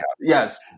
yes